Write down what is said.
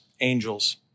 angels